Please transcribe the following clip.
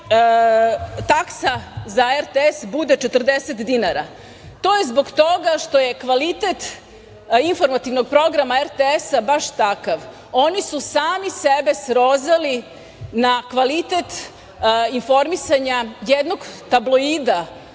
taksa za RTS bude 40 dinara. To je zbog toga što je kvalitet informativnog programa RTS-a baš takav. Oni su sami sebe srozali na kvalitet informisanja jednog tabloida